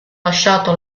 lasciato